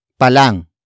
palang